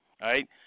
right